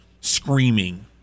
screaming